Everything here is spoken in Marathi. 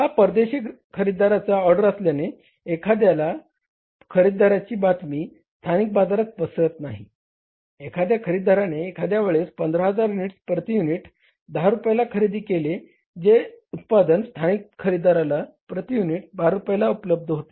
हा परदेशी खरेदीदाराचा ऑर्डर असल्याने एखाद्या खरेदीदाराची बातमी स्थानिक बाजारात पसरत नाही एखाद्या खरेदीदाराने एखाद्या वेळेस 15000 युनिट्स प्रती युनिट 10 रुपयाला खरेदी केले जे उत्पादन स्थानिक खरेदीदाराला प्रती युनिट 12 रुपयाला उपलब्ध होते